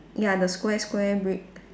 ya the square square brick